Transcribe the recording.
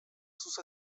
sus